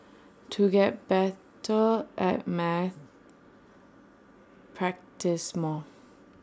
to get better at maths practise more